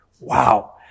wow